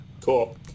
Cool